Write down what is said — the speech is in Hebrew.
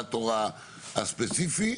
לתכנית המטרו יש השפעה ישירה ומשמעותית אלינו,